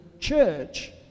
church